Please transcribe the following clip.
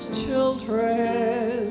children